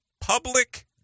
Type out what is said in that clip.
public